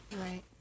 Right